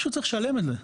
הוא צריך לשלם על זה.